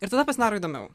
ir tada pasidaro įdomiau